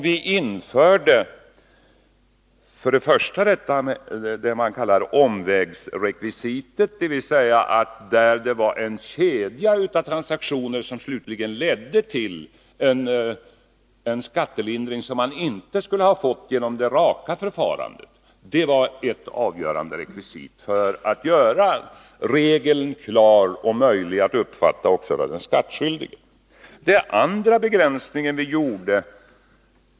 Vi införde för det första det man kallar omvägsrekvisitet, dvs. när en kedja av transaktioner slutligen leder till en skattelindring som man inte skulle ha fått genom ett rakt förfarande. Det var ett avgörande rekvisit för att göra regeln klar och möjlig att uppfatta också för den skattskyldige.